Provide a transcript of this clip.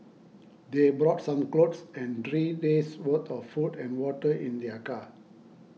they brought some clothes and three days worth of food and water in their car